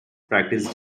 practice